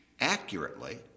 accurately